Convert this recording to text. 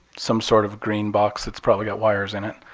some sort of green box that's probably got wires in